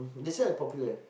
beside the Popular